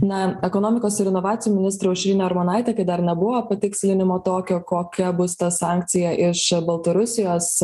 na ekonomikos ir inovacijų ministrė aušrinė armonaitė kai dar nebuvo patikslinimo tokio kokia bus ta sankcija iš baltarusijos